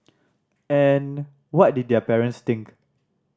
and what did their parents think